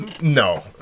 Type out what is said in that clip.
No